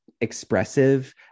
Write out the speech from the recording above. expressive